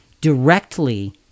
directly